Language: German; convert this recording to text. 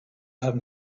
haben